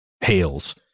hails